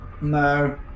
No